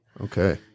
Okay